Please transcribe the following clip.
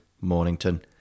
Mornington